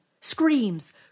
Screams